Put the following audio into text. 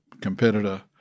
competitor